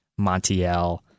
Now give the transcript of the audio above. Montiel